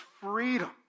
freedom